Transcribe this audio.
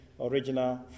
original